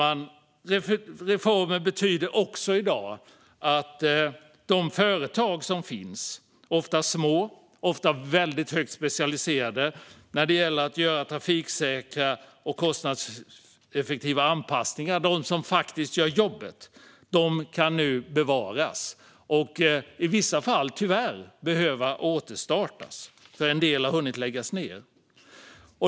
Dagens reform betyder också att de företag som finns, ofta små och högt specialiserade, som kan göra trafiksäkra och kostnadseffektiva anpassningar, de som gör jobbet, nu kan bevaras. I vissa fall behöver de, tyvärr, återstartas eftersom en del har hunnit läggas ned.